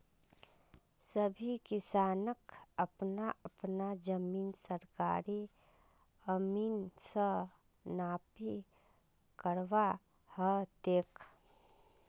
सभी किसानक अपना अपना जमीन सरकारी अमीन स नापी करवा ह तेक